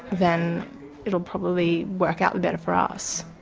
then it will probably work out the better for us.